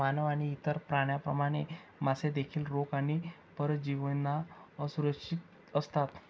मानव आणि इतर प्राण्यांप्रमाणे, मासे देखील रोग आणि परजीवींना असुरक्षित असतात